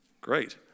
Great